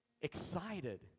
excited